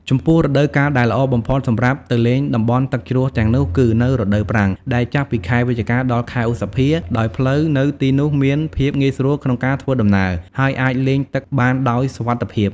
ចំពោះរដូវកាលដែលល្អបំផុតសម្រាប់ទៅលេងតំបន់ទឹកជ្រោះទាំងនោះគឺ នៅរដូវប្រាំង ដែលចាប់ពីខែវិច្ឆិកា ដល់ខែឧសភា ដោយផ្លូវនៅទីនោះមានភាពងាយស្រួលក្នុងការធ្វើដំណើរ ហើយអាចលេងទឹកបានដោយសុវត្ថិភាព។